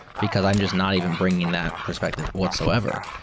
because i'm just not even bringing that perspective whatsoever.